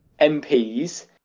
mps